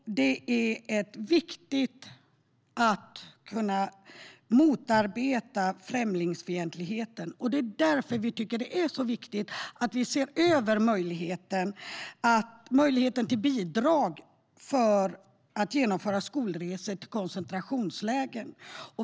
Det är viktigt att motarbeta främlingsfientligheten, och det är därför vi tycker att det är så viktigt att se över möjligheten till bidrag för att genomföra skolresor till koncentrationsläger.